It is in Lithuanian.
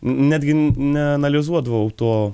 netgi neanalizuodavau to